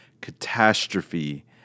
catastrophe